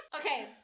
Okay